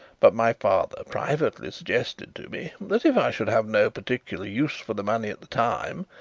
but my father privately suggested to me that if i should have no particular use for the money at the time,